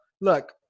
Look